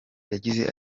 yagize